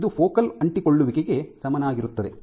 ಇದು ಫೋಕಲ್ ಅಂಟಿಕೊಳ್ಳುವಿಕೆಗೆ ಸಮಾನವಾಗಿರುತ್ತದೆ